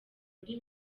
muri